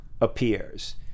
appears